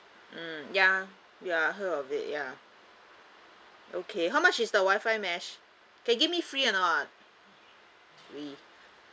mm ya ya heard of it ya okay how much is the WI-FI mesh can give me free or not free